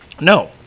No